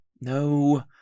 No